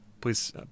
please